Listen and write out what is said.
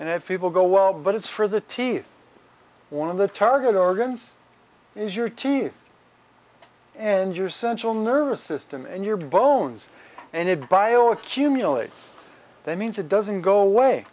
and if people go well but it's for the teeth one of the target organs is your teeth and your central nervous system and your bones and it bio accumulates that means it doesn't go away